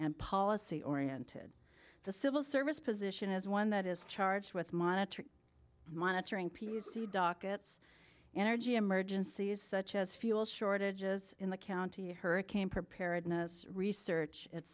and policy oriented the civil service position is one that is charged with monitoring and monitoring p c dockets energy emergencies such as fuel shortages in the county hurricane preparedness research et